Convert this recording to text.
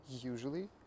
usually